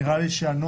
נראה לי שהנוסח